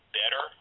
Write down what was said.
better